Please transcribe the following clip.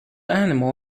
animal